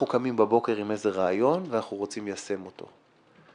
אנחנו קמים בבוקר עם רעיון ורוצים ליישם אותו.